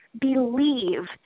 believe